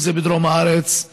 אם זה בדרום הארץ,